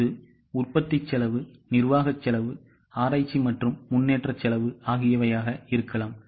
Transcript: இது உற்பத்தி செலவு நிர்வாக செலவு ஆராய்ச்சி மற்றும் முன்னேற்ற செலவு ஆகியவையாக இருக்கலாம்